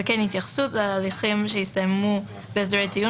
וכן התייחסות להליכים שהסתיימו בהסדרי טיעון